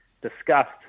discussed